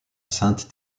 sainte